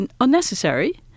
unnecessary